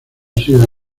sido